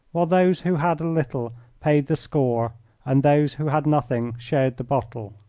while those who had a little paid the score and those who had nothing shared the bottle?